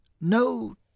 No